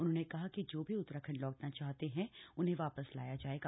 उन्होंने कहा कि जो भी उत्तराखण्ड लौटना चाहते हैं उन्हें वापस लाया जाएगा